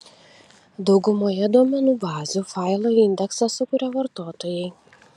daugumoje duomenų bazių failo indeksą sukuria vartotojai